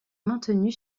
maintenu